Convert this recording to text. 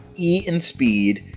e in speed,